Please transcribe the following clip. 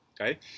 Okay